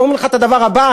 ואומרים לך את הדבר הבא,